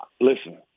listen